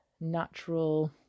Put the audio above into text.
natural